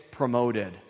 promoted